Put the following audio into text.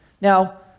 Now